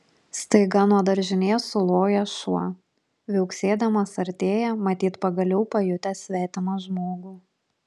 staiga nuo daržinės suloja šuo viauksėdamas artėja matyt pagaliau pajutęs svetimą žmogų